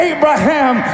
Abraham